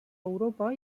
europa